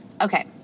Okay